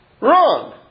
Wrong